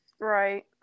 Right